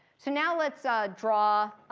so now let's draw